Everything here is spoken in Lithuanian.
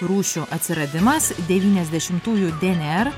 rūšių atsiradimas devyniasdešimtųjų dnr